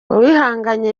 uwihanganye